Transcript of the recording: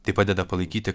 tai padeda palaikyti